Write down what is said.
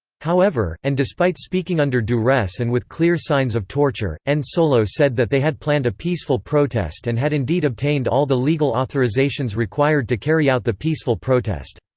however, and despite speaking under duress and with clear signs of torture, and nsolo said that they had planned a peaceful protest and had indeed obtained all the legal authorizations required to carry out the peaceful protest.